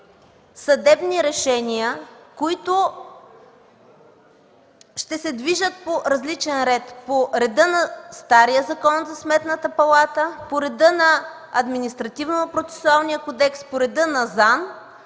съдебни решения, които ще се движат по различен ред – по реда на стария Закон за Сметната палата, по реда на Административнопроцесуалния кодекс, по реда на ЗАНН